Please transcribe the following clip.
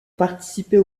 participer